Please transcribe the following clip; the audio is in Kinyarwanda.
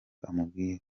amubwira